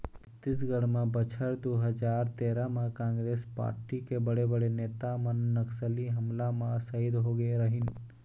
छत्तीसगढ़ म बछर दू हजार तेरा म कांग्रेस पारटी के बड़े बड़े नेता मन नक्सली हमला म सहीद होगे रहिन